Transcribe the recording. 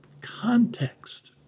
context